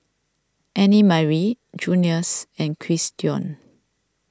Annemarie Junius and Christion